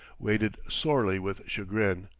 weighted sorely with chagrin.